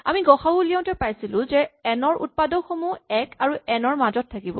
আমি গ সা উ উলিয়াওতে পাইছিলো যে এন ৰ উৎপাদকসমূহ এক আৰু এন ৰ মাজত থাকিব